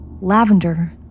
Lavender